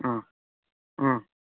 आं आं